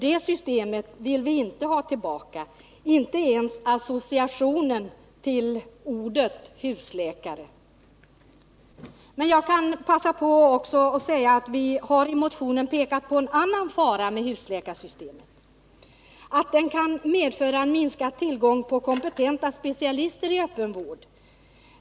Det systemet vill vi inte ha tillbaka, inte ens-associationen till ordet husläkare. Jag kan passa på att säga att vi i motionen framhållit en annan fara med husläkarsystemet, nämligen att det kan medföra minskad tillgång på kompetenta specialister inom öppenvården.